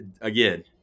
again